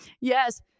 yes